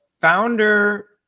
founder